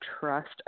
trust